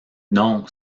non